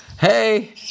Hey